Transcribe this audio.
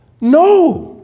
no